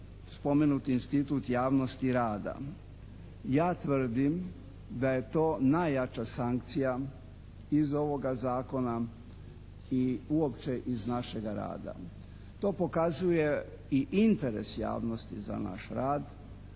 spomenut institut javnosti rada. Ja tvrdim da je to najjača sankcija iz ovoga zakona i uopće iz našega rada. To pokazuje i interes javnosti za naš rad